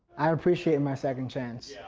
i appreciate and my second chance.